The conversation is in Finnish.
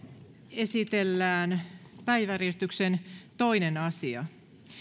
esitellään päiväjärjestyksen toinen asia